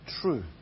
true